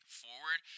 forward